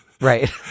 Right